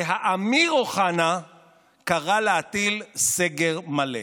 והאמיר אוחנה קרא להטיל סגר מלא.